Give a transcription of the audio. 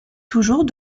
toujours